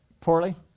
poorly